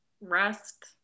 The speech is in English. rest